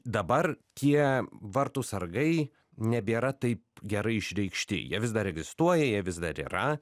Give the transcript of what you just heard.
dabar tie vartų sargai nebėra taip gerai išreikšti jie vis dar egzistuoja jie vis dar yra